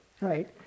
right